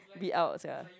be out sia